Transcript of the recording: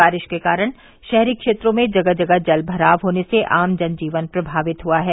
बारिश के कारण शहरी क्षेत्रों में जगह जगह जलभराव होने से आम जनजीवन प्रभावित हुआ है